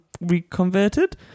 reconverted